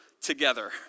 together